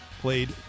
played